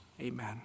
Amen